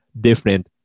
different